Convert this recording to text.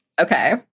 Okay